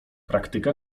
praktyka